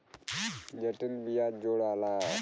जटिल बियाज जोड़ाला